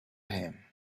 him